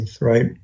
right